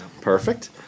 Perfect